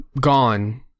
gone